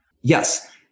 Yes